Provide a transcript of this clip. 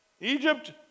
Egypt